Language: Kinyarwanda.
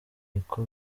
niko